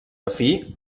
afí